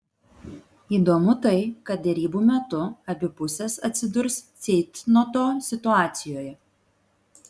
įdomu tai kad derybų metu abi pusės atsidurs ceitnoto situacijoje